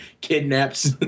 kidnaps